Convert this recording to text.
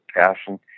passion